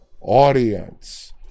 audience